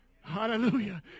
Hallelujah